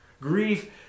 grief